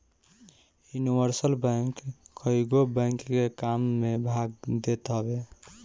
universal bank कईगो bank के काम में भाग लेत हवे